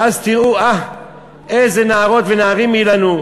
ואז תראו איזה נערות ונערים יהיו לנו,